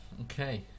okay